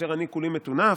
כאשר אני כולי מטונף?